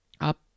Up